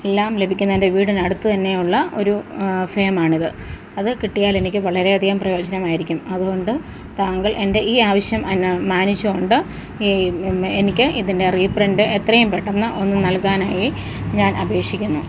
എല്ലാം ലഭിക്കുന്നതിന്റെ വീടിനടുത്ത് തന്നെ ഉള്ള ഒരു ഫേമാണിത് അത് കിട്ടിയാലെനിക്ക് വളരെയധികം പ്രയോജനമായിരിക്കും അതുകൊണ്ട് താങ്കള് എന്റെ ഈ ആവിശ്യം മാനിച്ച് കൊണ്ട് ഈ എനിക്ക് ഇതിന്റെ റീപ്രിന്റ് എത്രയും പെട്ടന്ന് ഒന്ന് നല്കാനായി ഞാന് അപേഷിക്കുന്നു